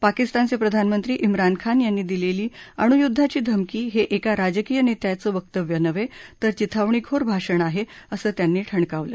पाकिस्तानचे प्रधानमंत्री श्रीन खान यांनी दिलेली अणुयुद्वाची धमकी हे एका राजकीय नेत्याचं वक्तव्य नव्हे तर चिथावणीखोर भाषण आहे असं त्यांनी ठणकावलं